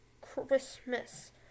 Christmas